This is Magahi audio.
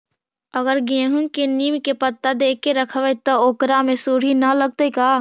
अगर गेहूं में नीम के पता देके यखबै त ओकरा में सुढि न लगतै का?